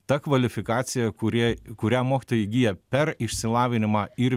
ta kvalifikacija kurie kurią mokytojai įgyja per išsilavinimą ir